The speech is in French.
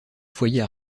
foyer